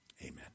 amen